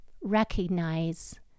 recognize